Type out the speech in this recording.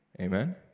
Amen